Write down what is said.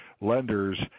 lenders